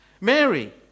Mary